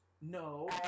No